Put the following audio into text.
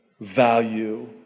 value